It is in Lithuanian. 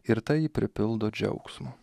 ir tai pripildo džiaugsmo